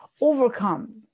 overcome